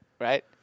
Right